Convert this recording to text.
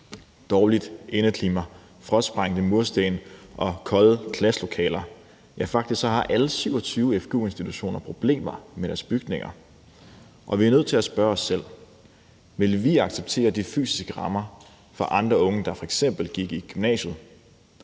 dårligt indeklima, frostsprængte mursten og kolde klasselokaler. Faktisk har alle 27 fgu-institutioner problemer med deres bygninger, og vi er nødt til at spørge os selv: Ville vi acceptere de fysiske rammer for andre unge, der gik i f.eks. gymnasiet?